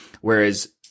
Whereas